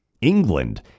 England